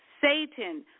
Satan